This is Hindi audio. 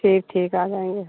ठीक ठीक आ जाएंगे हम